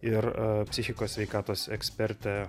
ir psichikos sveikatos ekspertė